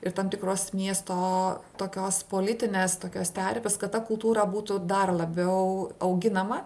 ir tam tikros miesto tokios politinės tokios terpės kad ta kultūra būtų dar labiau auginama